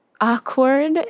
awkward